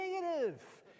negative